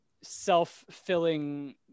self-filling